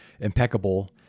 impeccable